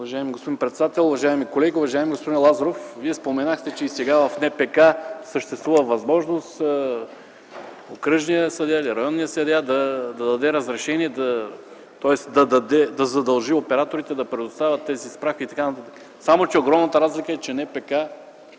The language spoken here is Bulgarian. Уважаеми господин председател, уважаеми колеги, уважаеми господин Лазаров! Вие споменахте, че и сега в НПК съществува възможност окръжният или районният съдия да задължи операторите да предоставят тези справки и така нататък. Само че огромната разлика е, че НПК